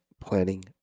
planning